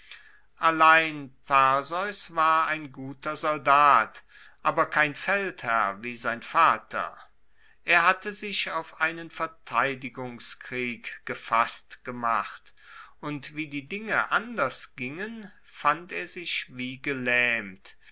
allein perseus war ein guter soldat aber kein feldherr wie sein vater er hatte sich auf einen verteidigungskrieg gefasst gemacht und wie die dinge anders gingen fand er sich wie gelaehmt